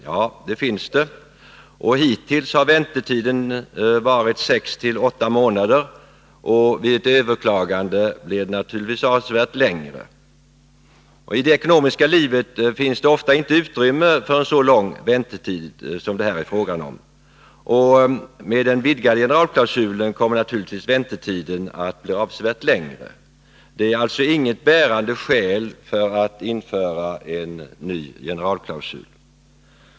Ja, det finns det, och hittills har väntetiden varit sex å åtta månader. Vid ett överklagande blir den naturligtvis avsevärt längre. I det ekonomiska livet finns det ofta inte utrymme för en så lång väntetid som det här är fråga om. Med den vidgade generalklausulen kommer givetvis väntetiden att bli betydligt längre. Möjligheten till förhandsbesked är alltså inget bärande skäl för att införa en ny generalklausul.